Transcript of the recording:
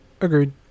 Agreed